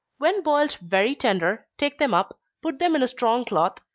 when boiled very tender, take them up, put them in a strong cloth,